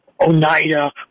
Oneida